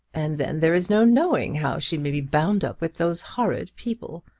and then there is no knowing how she may be bound up with those horrid people,